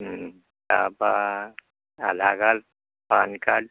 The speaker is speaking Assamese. তাৰপৰা আধাৰ কাৰ্ড পান কাৰ্ড